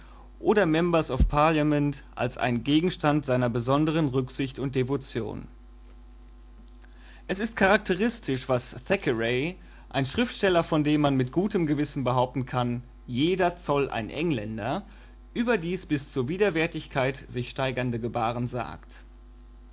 oder members of parliament als einen gegenstand seiner besonderen rücksicht und devotion es ist charakteristisch was thackeray ein schriftsteller von dem man mit gutem gewissen behaupten kann jeder zoll ein engländer über dies bis zur widerwärtigkeit sich steigernde gebaren sagt